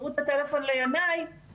שתשחררו לינאי את המיקרופון,